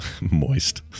moist